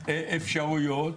להפלת אפשרויות.